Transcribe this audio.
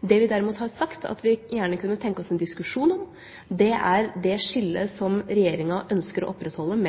Det vi derimot har sagt at vi gjerne kunne tenke oss en diskusjon om, er det skillet som Regjeringa ønsker å opprettholde